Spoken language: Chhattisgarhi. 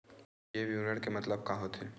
ये विवरण के मतलब का होथे?